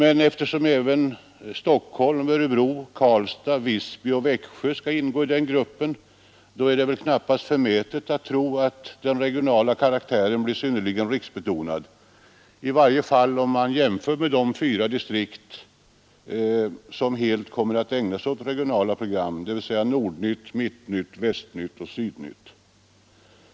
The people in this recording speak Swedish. Eftersom även Stockholm, Örebro, Karlstad, Visby och Växjö skall ingå i den gruppen är det väl knappast förmätet att tro att den regionala karaktären blir synnerligen riksbetonad — i varje fall om man jämför med de fyra distrikt som helt kommer att ägna sig åt regionala program, dvs. Nordnytt, Mittnytt, Västnytt och Sydnytt.